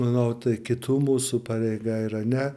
manau tai kitų mūsų pareiga yra ne